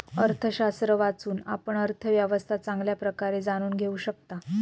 अर्थशास्त्र वाचून, आपण अर्थव्यवस्था चांगल्या प्रकारे जाणून घेऊ शकता